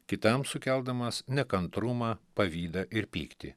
kitam sukeldamas nekantrumą pavydą ir pyktį